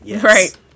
right